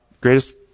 greatest